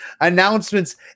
announcements